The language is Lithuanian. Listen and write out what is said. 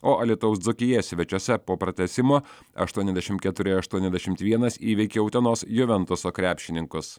o alytaus dzūkija svečiuose po pratęsimo aštuoniasdešimt keturi aštuoniasdešimt vienas įveikė utenos juventuso krepšininkus